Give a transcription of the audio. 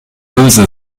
böse